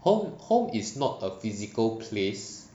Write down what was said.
home home is not a physical place